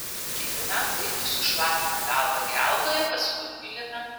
kiekvienam vaikui sušlapina galvą geldoje paskui muilina